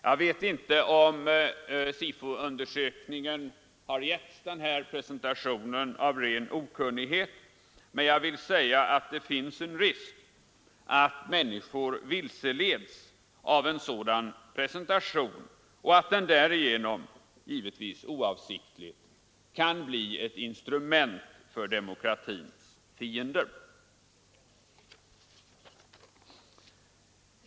Jag vet inte om SIFO-undersökningen har getts den här presentationen av ren okunnighet, men det finns en risk för att människor vilseleds av en sådan presentation och att undersökningen därigenom — givetvis oavsiktligt — kan bli ett instrument att användas av demokratins fiender.